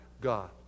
God